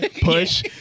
Push